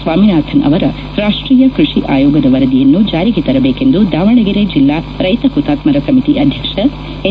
ಸ್ವಾಮಿನಾಥನ್ ಅವರ ರಾಷ್ಟೀಯ ಕೃಷಿ ಅಯೋಗದ ವರದಿಯನ್ನು ಜಾರಿಗೆ ತರಬೇಕೆಂದು ದಾವಣಗೆರೆ ಜಿಲ್ಲಾ ರೈತ ಹುತಾತ್ಮರ ಸಮಿತಿ ಅಧ್ಯಕ್ಷ ಎನ್